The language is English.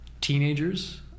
teenagers